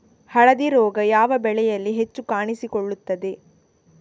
ಹಳದಿ ರೋಗ ಯಾವ ಬೆಳೆಯಲ್ಲಿ ಹೆಚ್ಚು ಕಾಣಿಸಿಕೊಳ್ಳುತ್ತದೆ?